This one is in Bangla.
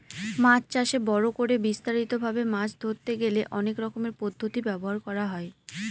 মাছ চাষে বড় করে বিস্তারিত ভাবে মাছ ধরতে গেলে অনেক রকমের পদ্ধতি ব্যবহার করা হয়